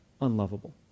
unlovable